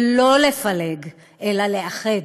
ולא לפלג אלא לאחד.